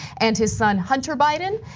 and his son hunter biden.